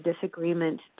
disagreement